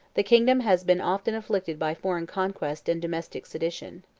the kingdom has been often afflicted by foreign conquest and domestic sedition